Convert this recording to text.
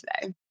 today